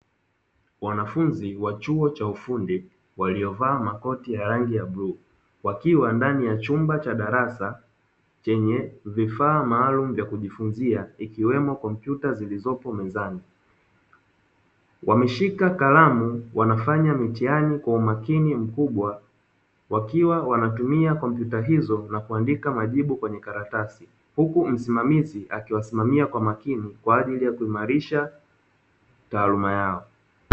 Wanafunzi wa chuo cha ufundi waliyovaa makoti ya rangi ya bluu, wakiwa ndani ya chumba cha darasa chenye vifaa maalumu vya kujifunzia ikiwemo kompyuta zilizopo mezani, wameshika kalamu wanafanya mitihani kwa umakini mkubwa wakiwa wanatumia kompyuta hizo na kuandika majibu kwenye karatasi, huku msimamizi akiwasimamia kwa makini, kwa ajili ya kuimarisha taaluma yao.